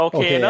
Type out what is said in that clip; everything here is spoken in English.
Okay